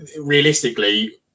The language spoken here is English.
realistically